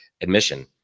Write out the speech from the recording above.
admission